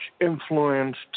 influenced